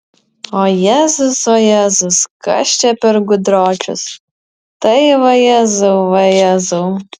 o jėzus o jėzus kas čia per gudročius tai vajezau vajezau